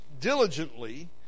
diligently